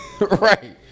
Right